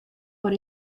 por